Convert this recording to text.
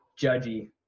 judgy